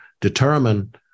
determine